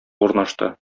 урнашты